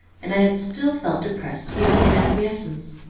and i had still felt depressed even in acquiescence.